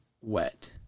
wet